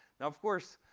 now, of course,